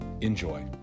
Enjoy